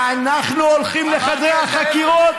אנחנו הולכים לחדרי החקירות?